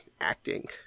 acting